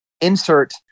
insert